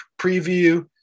preview